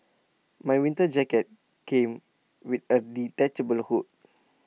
my winter jacket came with A detachable hood